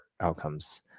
outcomes